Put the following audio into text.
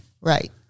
Right